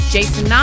Jason